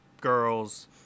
girls